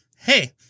Hey